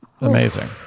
Amazing